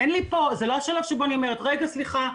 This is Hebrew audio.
זה לא השלב שבו אני אומרת "רגע סליחה,